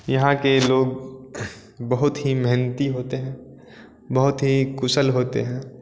यहाँ के लोग बहुत ही मेहनती होते हैं बहुत ही कुशल होते हैं